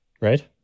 right